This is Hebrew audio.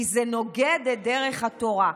כי זה נוגד את דרך התורה.